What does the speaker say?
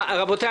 רבותי,